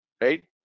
right